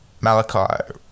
Malachi